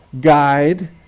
guide